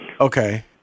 Okay